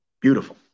Beautiful